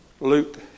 Luke